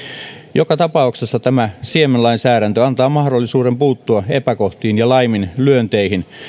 joka tapauksessa tämä siemenlainsäädäntö antaa mahdollisuuden puuttua epäkohtiin ja laiminlyönteihin